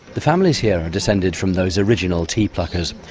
the families here are descended from those original tea pluckers.